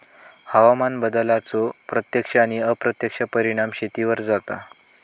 हवामान बदलाचो प्रत्यक्ष आणि अप्रत्यक्ष परिणाम शेतीवर जाता